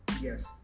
Yes